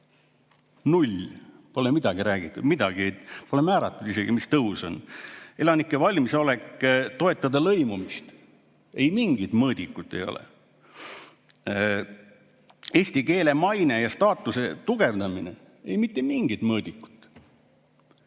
null, pole midagi räägitud, pole määratud isegi, mis tõus on. Elanike valmisolek toetada lõimumist – ei mingit mõõdikut. Eesti keele maine ja staatuse tugevdamine – mitte mingit mõõdikut.